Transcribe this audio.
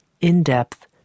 in-depth